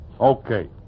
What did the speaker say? Okay